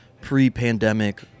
pre-pandemic